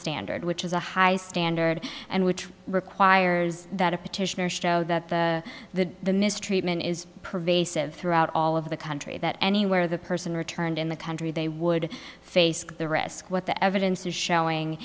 standard which is a high standard and which requires that a petitioner show that the the the mistreatment is pervasive throughout all of the country that any where the person returned in the country they would face the risk what the evidence is showing